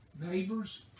Neighbors